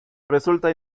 resulta